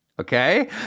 okay